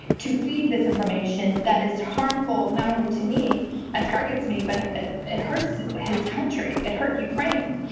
to feed this information, that is harmful not only to me and targets me, but it hurts his country. it hurt ukraine.